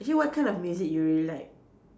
actually what kind of music you really like